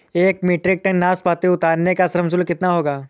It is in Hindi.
एक मीट्रिक टन नाशपाती उतारने का श्रम शुल्क कितना होगा?